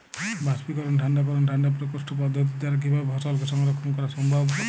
বাষ্পীকরন ঠান্ডা করণ ঠান্ডা প্রকোষ্ঠ পদ্ধতির দ্বারা কিভাবে ফসলকে সংরক্ষণ করা সম্ভব?